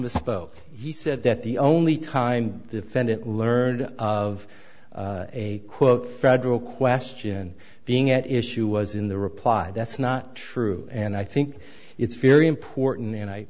misspoke he said that the only time a defendant learned of a quote federal question being at issue was in the reply that's not true and i think it's very important and i